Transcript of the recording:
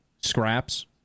scraps